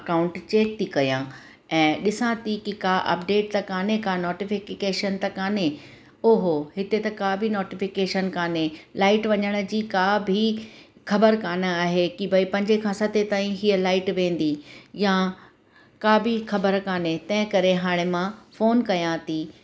account check थी कयां ऐं ॾिसां थी की का अपडेट त कोन्हे का नोटिफ़ीकेशन त कोन्हे ओ हो हिते त का बि नोटिफ़ीकेशन कोन्हे लाइट वञण जी का बि ख़बर कोन्ह आहे की भई पंजे खां सते ताईं हीअ लाइट वेंदी या का बि ख़बर कोन्हे तें करे हाणे मां फ़ोन कयां थी